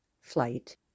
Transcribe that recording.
flight